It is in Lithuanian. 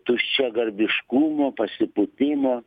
tuščiagarbiškumo pasipūtimo